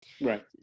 Right